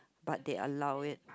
but they allow it